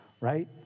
right